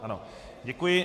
Ano, děkuji.